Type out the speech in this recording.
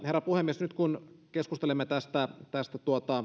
herra puhemies nyt kun keskustelemme tästä tästä